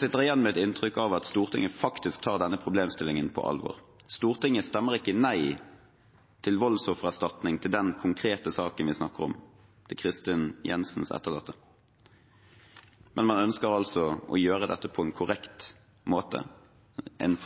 sitter igjen med et inntrykk av at Stortinget faktisk tar problemstillingen på alvor. Stortinget stemmer ikke nei til voldsoffererstatning i den konkrete saken vi snakker om, Kristin Jensens etterlatte, men man ønsker å gjøre dette på en korrekt måte, med